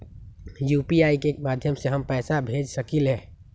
UPI के माध्यम से हम पैसा भेज सकलियै ह?